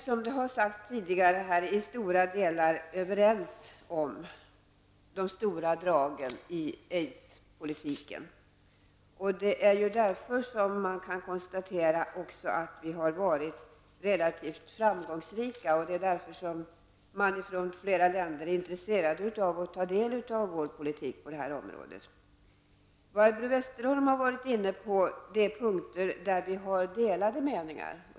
Som har sagts tidigare här är partierna i stora delar överens om de stora dragen i aids-politiken. Det är därför som man också kan konstatera att vi har varit relativt framgångsrika. Det är därför som man från flera länder är intresserade av att ta del av vår politik på detta område. Barbro Westerholm har varit inne på de punkter där vi har delade meningar.